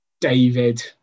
David